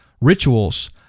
rituals